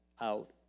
out